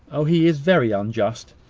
oh! he is very unjust!